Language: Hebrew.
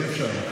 אי-אפשר.